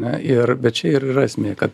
ne ir bet čia ir yra esmė kad